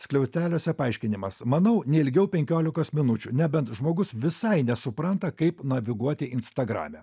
skliausteliuose paaiškinimas manau ne ilgiau penkiolikos minučių nebent žmogus visai nesupranta kaip naviguoti instagrame